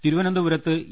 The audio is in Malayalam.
തിരുവനന്തപുരത്ത് ഇ